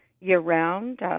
year-round